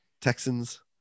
Texans